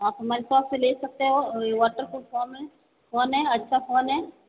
आप हमारे शॉप से ले सकते हो वाटरप्रूफ फोन है फोन है अच्छा फोन है